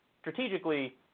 strategically